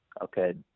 Okay